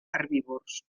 herbívors